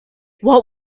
what